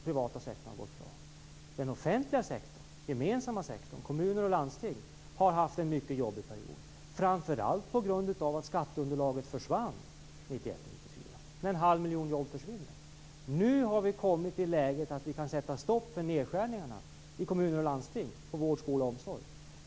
Privata sektorn har gått bra. Den offentliga gemensamma sektorn - kommuner och landsting - har haft en mycket jobbig period framför allt på grund av att skatteunderlaget försvann 1991-1994, när en halv miljon jobb försvann. Nu har vi kommit i det läget att vi kan sätta stopp för nedskärningarna i kommuner och landsting på vård, skola och omsorg.